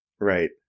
Right